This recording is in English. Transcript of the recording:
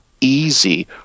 easy